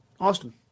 Austin